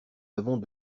avons